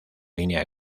guinea